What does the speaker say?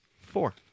four